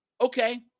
okay